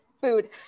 food